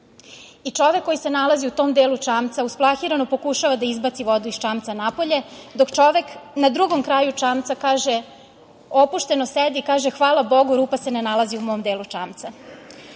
Čovek koji se nalazi u tom delu čamca usplahireno pokušava da izbaci vodu iz čamca napolje dok čovek na drugom kraju čamca kaže, opušteno sedi i kaže – hvala bogu, rupa se ne nalazi u mom delu